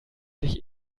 sich